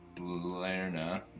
Lerna